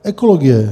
Ekologie.